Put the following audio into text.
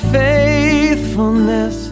faithfulness